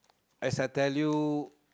as I tell you